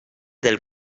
del